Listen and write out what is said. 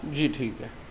جی ٹھیک ہے